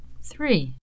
Three